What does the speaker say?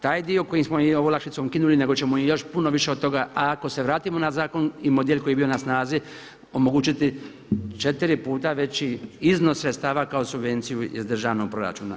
Taj dio koji smo im ovu olakšicu ukinuli nego ćemo im još puno više od toga, a ako se vratimo na zakon i model koji je bio na snazi omogućiti četiri puta veći iznos sredstava kao subvenciju iz državnog proračuna.